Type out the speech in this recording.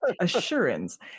assurance